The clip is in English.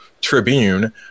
Tribune